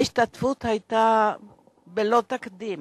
ההשתתפות הייתה ללא תקדים,